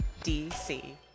DC